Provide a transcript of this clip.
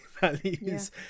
values